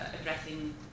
Addressing